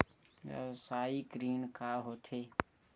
व्यवसायिक ऋण का होथे?